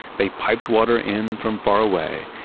they piped water in from far away,